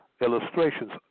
illustrations